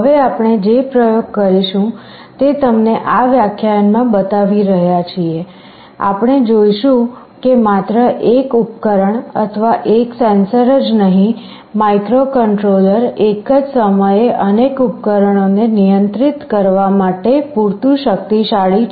હવે આપણે જે પ્રયોગ કરીશું તે તમને આ વ્યાખ્યાનમાં બતાવી રહ્યા છીએ આપણે જોઈશું કે માત્ર એક ઉપકરણ અથવા એક સેન્સર જ નહીં માઇક્રોકન્ટ્રોલર એક જ સમયે અનેક ઉપકરણોને નિયંત્રિત કરવા માટે પૂરતું શક્તિશાળી છે